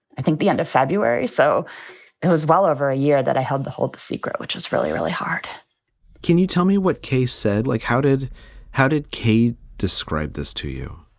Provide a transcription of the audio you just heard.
i think the end of february. so it was well over a year that i held the hold the secret, which is really, really hard can you tell me what kay said? like, how did how did kay describe this to you?